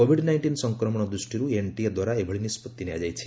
Covid nineteen ସଂକ୍ରମଣ ଦୃଷ୍ଟିରୁ NTA ଦ୍ୱାରା ଏଭଳି ନିଷ୍ପତ୍ତି ନିଆଯାଇଛି